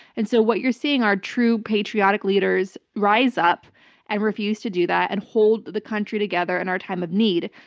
and so, what you're seeing are true patriotic leaders rising up and refusing to do that and holding the country together in our time of need.